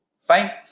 Fine